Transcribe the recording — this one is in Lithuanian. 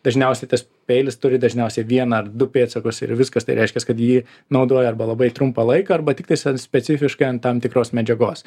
dažniausiai tas peilis turi dažniausiai vieną ar du pėdsakus ir viskas tai reiškias kad jį naudoja arba labai trumpą laiką arba tiktais ant specifiškai ant tam tikros medžiagos